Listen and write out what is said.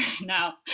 now